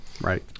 Right